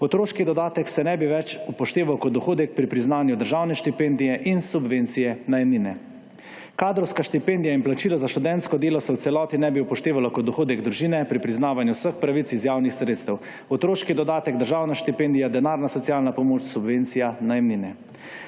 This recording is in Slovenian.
Otroški dodatek se ne bi več upošteval kot dohodek pri priznanju državne štipendije in subvencije najemnine. Kadrovska štipendija in plačilo za študentsko delo se v celoti ne bi upoštevalo kot dohodek družine pri priznavanju vseh pravic iz javnih sredstev; otroški dodatek, državna štipendija, denarna socialna pomoč, subvencija, najemnine.